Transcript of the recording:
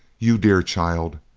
you dear child!